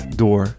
door